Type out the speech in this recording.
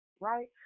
Right